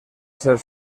ser